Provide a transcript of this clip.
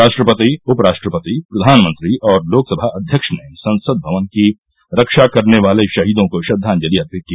राष्ट्रपति उपराष्ट्रपति प्रधानमंत्री और लोकसभा अध्यक्ष ने संसद भवन की रव्ना करने वाले शहीदों को श्रद्वांजलि अर्पित की